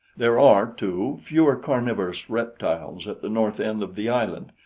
there are, too, fewer carnivorous reptiles at the north end of the island,